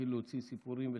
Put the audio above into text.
להוציא סיפורים ותמונות.